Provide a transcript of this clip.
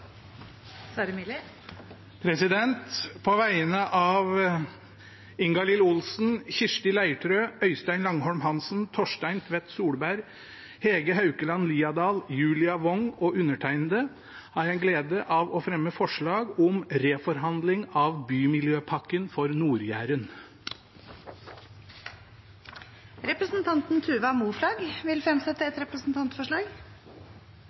Sverre Myrli vil fremsette et representantforslag. På vegne av Ingalill Olsen, Kirsti Leirtrø, Øystein Langholm Hansen, Torstein Tvedt Solberg, Hege Haukeland Liadal, Julia Wong og meg selv har jeg gleden av å fremme forslag om reforhandling av Bymiljøpakken for Nord-Jæren. Representanten Tuva Moflag vil fremsette